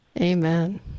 Amen